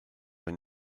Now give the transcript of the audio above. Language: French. une